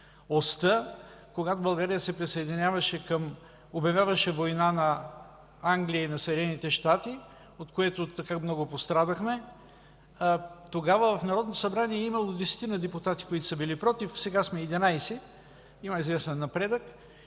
Оста, когато България обявяваше война на Англия и на Съединените щати, от което така много пострадахме. Тогава в Народното събрание е имало десетина депутати, които са били „против”, сега сме 11 – има известен напредък.